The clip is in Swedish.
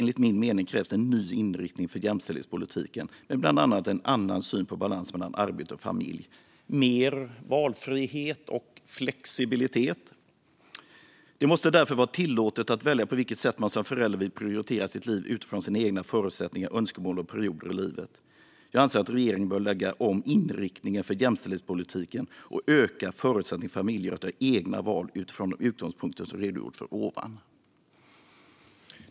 Enligt min mening krävs det en ny inriktning för jämställdhetspolitiken, med bl.a. en annan syn på balans mellan arbete och familj, med mer valfrihet och flexibilitet. - Det måste därför vara tillåtet att välja på vilket sätt man som förälder vill prioritera sitt liv utifrån sina egna förutsättningar, önskemål och perioder i livet. Jag anser att regeringen bör lägga om inriktningen för jämställdhetspolitiken och öka förutsättningarna för familjer att göra egna val utifrån de utgångspunkter som redogjorts för ovan." Fru talman!